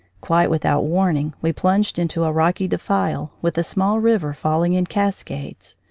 quite without warning we plunged into a rocky defile, with a small river falling in cascades.